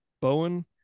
Bowen